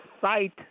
site